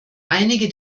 einige